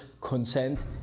consent